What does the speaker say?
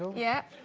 yep